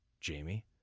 Jamie